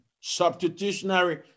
Substitutionary